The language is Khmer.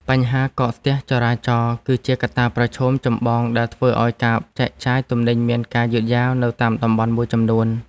បញ្ហាកកស្ទះចរាចរណ៍ គឺជាកត្តាប្រឈមចម្បងដែលធ្វើឱ្យការចែកចាយទំនិញមានការយឺតយ៉ាវនៅតាមតំបន់មួយចំនួន។